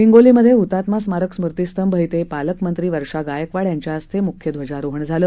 हिंगोलीमधे हुतात्मा स्मारक स्मृतिस्तंभ क्व पालकमंत्री वर्षा गायकवाड यांच्या हस्ते मुख्य ध्वजारोहण झालं